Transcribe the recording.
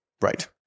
Right